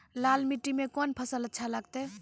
लाल मिट्टी मे कोंन फसल अच्छा लगते?